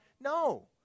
no